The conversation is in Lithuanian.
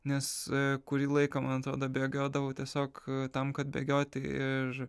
nes kurį laiką man atrodo bėgiodavau tiesiog tam kad bėgioti ir